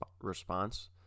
response